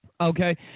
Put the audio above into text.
Okay